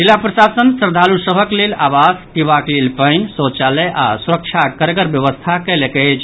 जिला प्रशासन श्रद्धालु सभक लेल आवास पिबाक लेल पानि शौचालय आओर सुरक्षाक कड़गड़ व्यवस्था कयलक अछि